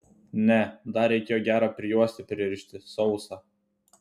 ne dar reikėjo gerą prijuostę pririšti sausą